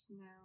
now